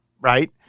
right